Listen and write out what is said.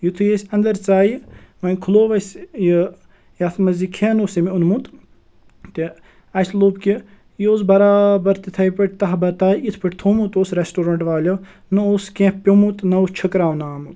یُتھُے أسۍ اَندَر ژایہِ وۄنۍ کھُلوو اسہِ یہِ یَتھ منٛز یہِ کھیٚن اوٗس أمۍ اوٚنمُت تہٕ اسہِ لوٚب کہِ یہِ اوٗس برابر تِتھَے پٲٹھۍ تہہ بَہ تہہ یِتھ پٲٹھۍ تھومُت اوٗس ریٚسٹورنٛٹ والیو نہ اوٗس کیٚنٛہہ پیٚومُت نہ اوٗس چھِکراونہٕ آمُت